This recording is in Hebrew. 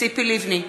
ציפי לבני,